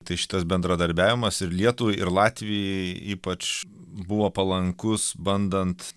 tai šitas bendradarbiavimas ir lietuvai ir latvijai ypač buvo palankus bandant